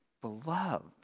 Beloved